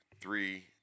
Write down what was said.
Three